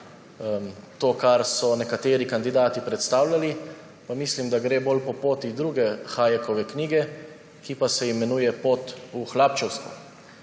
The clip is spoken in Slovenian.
to, kar so nekateri kandidati predstavljali, pa mislim, da gre bolj po poti druge Hayekove knjige, ki se imenuje Pot v hlapčevstvo.